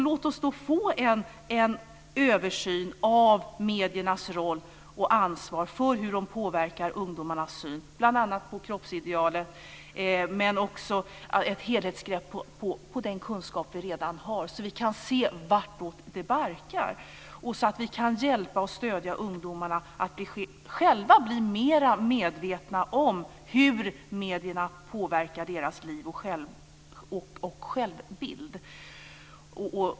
Låt oss då få en översyn av mediernas roll och ansvar för hur de påverkar ungdomarnas syn bl.a. på kroppsidealet men också ett helhetsgrepp på den kunskap som vi redan har, så att vi kan se vartåt det barkar och så att vi kan hjälpa och stödja ungdomarna, så att de själva blir mer medvetna om hur medierna påverkar deras liv och självbild.